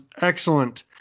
excellent